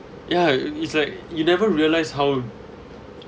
ya it it's like you never realise how